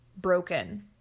broken